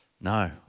No